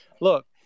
Look